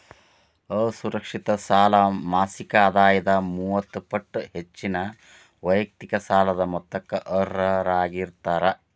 ಅಸುರಕ್ಷಿತ ಸಾಲ ಮಾಸಿಕ ಆದಾಯದ ಮೂವತ್ತ ಪಟ್ಟ ಹೆಚ್ಚಿನ ವೈಯಕ್ತಿಕ ಸಾಲದ ಮೊತ್ತಕ್ಕ ಅರ್ಹರಾಗಿರ್ತಾರ